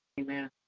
Amen